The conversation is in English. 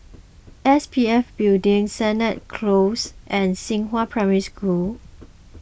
S P F Building Sennett Close and Xinghua Primary School